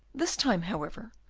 this time, however,